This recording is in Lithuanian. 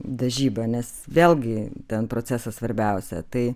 dažyba nes vėlgi ten procesas svarbiausia tai